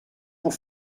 pour